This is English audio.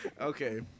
Okay